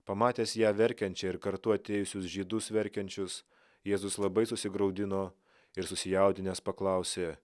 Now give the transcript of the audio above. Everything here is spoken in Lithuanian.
pamatęs ją verkiančią ir kartu atėjusius žydus verkiančius jėzus labai susigraudino ir susijaudinęs paklausė